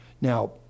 Now